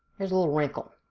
here's a little wrinkle.